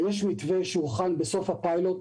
יש מתווה שהוכן בסוף הפיילוט.